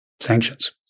Sanctions